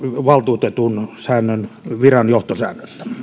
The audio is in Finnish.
valtuutetun viran johtosäännössä